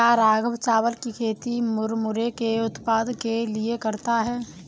क्या राघव चावल की खेती मुरमुरे के उत्पाद के लिए करता है?